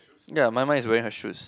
ya mine mine is wearing her shoes